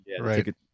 right